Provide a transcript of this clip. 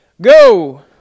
Go